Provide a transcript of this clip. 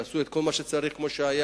ויעשו את כל מה שצריך כמו שהיה,